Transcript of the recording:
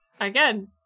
Again